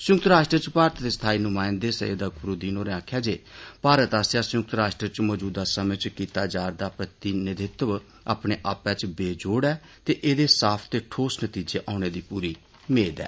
संयुक्त राश्ट्र च भारत दे स्थाई नुमायंदे सइइ अकबरूद्दीन होरें आक्खेआ ऐ जे भारत आस्सेआ संयुक्त राश्ट्र च मजूद समें च कीता जा'रदा प्रतिनिधित्व अपने आपै च बेजोड़ ऐ ते एहदे साफ ते ठोस नतीजे औने दी पूरी मेद ऐ